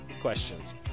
questions